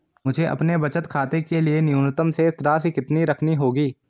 मुझे अपने बचत खाते के लिए न्यूनतम शेष राशि कितनी रखनी होगी?